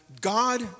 God